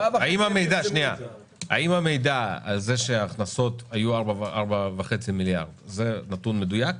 האם המידע הזה שההכנסות היו 4.5 מיליארד זה נתון מדויק?